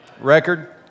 record